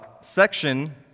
section